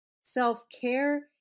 self-care